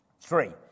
Three